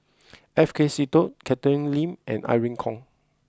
F K Seetoh Catherine Lim and Irene Khong